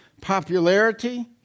popularity